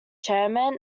chairman